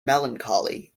melancholy